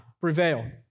prevail